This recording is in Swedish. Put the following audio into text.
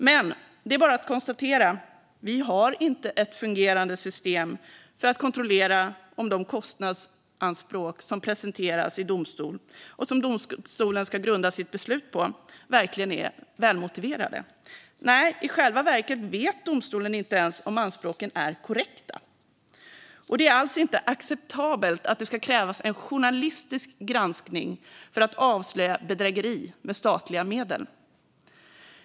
Men det är bara att konstatera: Vi har inte ett fungerande system för att kontrollera om de kostnadsanspråk som presenteras i domstol och som domstolen ska grunda sitt beslut på verkligen är välmotiverade. I själva verket vet domstolen inte ens om anspråken är korrekta. Det är inte acceptabelt att det ska krävas en journalistisk granskning för att avslöja bedrägeri med statliga medel.